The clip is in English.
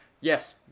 yes